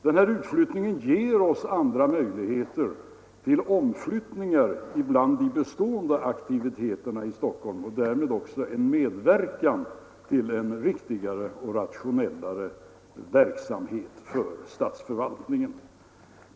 Den här utflyttningen ger oss andra möjligheter till omflyttningar bland de bestående aktiviteterna i Stockholm och medverkar även till en riktigare och mer rationell verksamhet för statsförvaltningen.